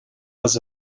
was